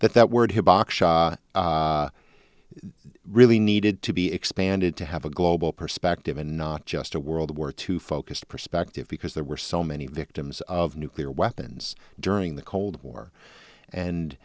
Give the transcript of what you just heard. that that word him really needed to be expanded to have a global perspective and not just a world war two focused perspective because there were so many victims of nuclear weapons during the cold war and